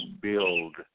build